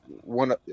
one